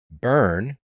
burn